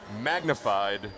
magnified